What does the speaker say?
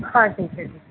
हाँ ठीक है ठीक है